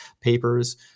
papers